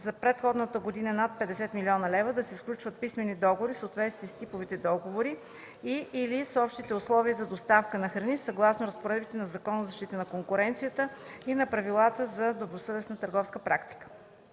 за предходната година над 50 млн. лв. да се сключват писмени договори в съответствие с типовите договори и/или с общите условия за доставка на храни съгласно разпоредбите на Закона за защита на конкуренцията и на правилата за добросъвестна търговска практика.